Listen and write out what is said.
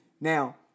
now